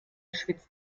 schwitzt